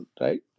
right